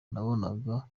nabonaga